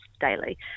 daily